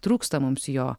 trūksta mums jo